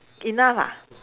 enough ah